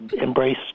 embrace